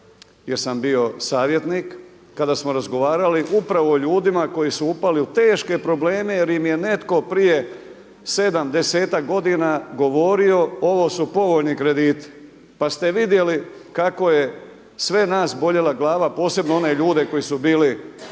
jer sam bio savjetnik, kada smo razgovarali upravo o ljudima koji su upali u teške probleme jer im je netko prije 7, 10-ak godina govorio ovo su povoljni krediti. Pa ste vidjeli kako je sve nas boljela glava posebno one ljude koji su bili